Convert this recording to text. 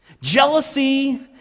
Jealousy